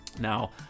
Now